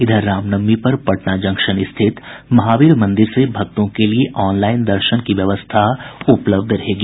इधर रामनवमी पर पटना जंक्शन स्थित महावीर मंदिर से भक्तों के लिए ऑनलाईन दर्शन की व्यवस्था उपलब्ध रहेगी